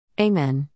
Amen